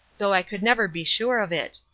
though i could never be sure of it.